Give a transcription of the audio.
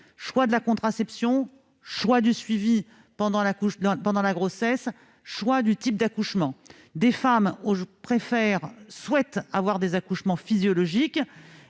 choix de la contraception, choix du suivi pendant la grossesse, choix du type d'accouchement ... Si des femmes souhaitent effectuer un accouchement physiologique